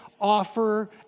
offer